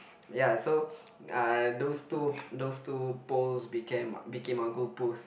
ya so uh those two those two poles became became our goal posts